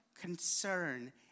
concern